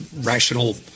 rational